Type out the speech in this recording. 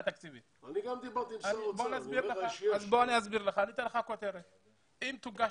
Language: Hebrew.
סגן השר לביטחון הפנים דסטה גדי יברקן: אין בעיה